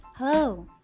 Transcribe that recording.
Hello